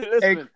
Hey